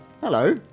Hello